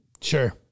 Sure